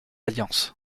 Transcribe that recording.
alliance